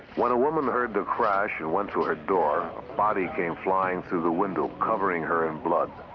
when a woman heard the crash and went to her door, a body came flying through the window, covering her in blood.